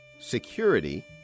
security